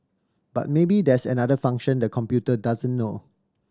but maybe there's another function the computer doesn't know